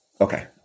Okay